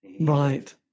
Right